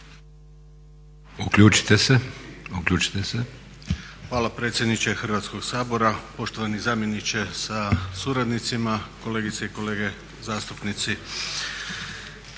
rada)** Hvala predsjedniče Hrvatskoga sabora, poštovani zamjeniče sa suradnicima, kolegice i kolege zastupnici.